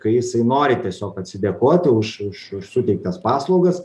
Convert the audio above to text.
kai jisai nori tiesiog atsidėkoti už už už suteiktas paslaugas